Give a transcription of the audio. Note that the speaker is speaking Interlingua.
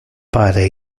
pare